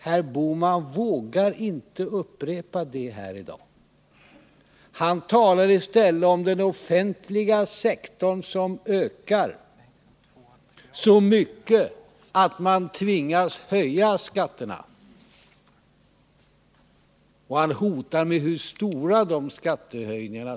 Herr Bohman vågar inte upprepa det här i dag. Han talar i stället om den offentliga sektorn som ökar så mycket att man tvingas höja skatterna, och han hotar med storleken av skattehöjningarna.